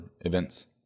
events